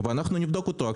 ואנחנו נבדוק אותו.